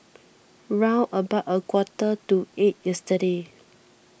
round about a quarter to eight yesterday